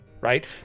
right